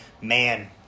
man